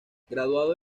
graduado